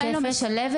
אין לו משלבת.